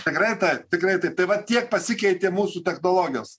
tikrai taip tikrai taip tai vat tiek pasikeitė mūsų technologijos